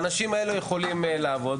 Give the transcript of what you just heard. האנשים האלה יכולים לעבוד,